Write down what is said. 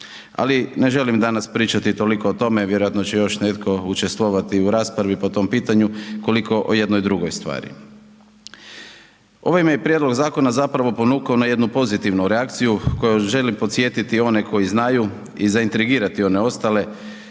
ali ne želim danas pričati toliko o tome, vjerojatno će još netko učestvovati u raspravi po tom pitanju koliko o jednoj drugoj stvari. Ovaj me i prijedlog zakona zapravo ponukao na jednu pozitivnu reakciju kojom želim podsjetiti one koji znaju i zaintrigirati one ostale